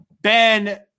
Ben